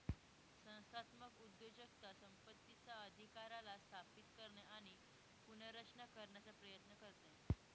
संस्थात्मक उद्योजकता संपत्तीचा अधिकाराला स्थापित करणे आणि पुनर्रचना करण्याचा प्रयत्न करते